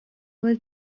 will